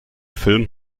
film